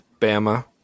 Bama